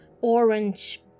orange